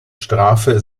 strafe